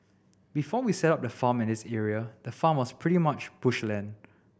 before we set up the farm in this area the farm was pretty much bush land